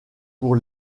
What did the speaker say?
pour